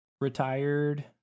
retired